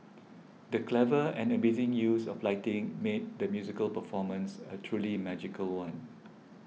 the clever and amazing use of lighting made the musical performance a truly magical one